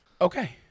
Okay